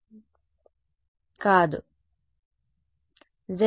విద్యార్థి Zin